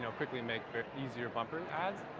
so quickly make easier bumper ads?